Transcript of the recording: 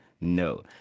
no